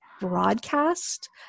broadcast